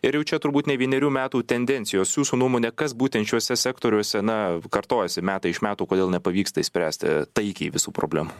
ir jau čia turbūt ne vienerių metų tendencijos jūsų nuomone kas būtent šiuose sektoriuose na kartojasi metai iš metų kodėl nepavyksta išspręsti taikiai visų problemų